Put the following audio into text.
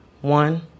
One